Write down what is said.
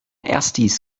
erstis